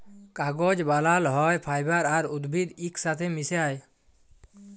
কাগজ বালাল হ্যয় ফাইবার আর উদ্ভিদ ইকসাথে মিশায়